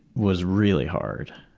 was really hard.